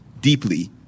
deeply